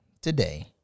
today